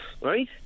right